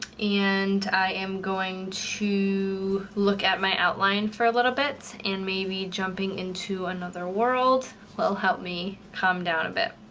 and i am going to look at my outline for a little bit, and maybe jumping into another world will help me calm down a bit.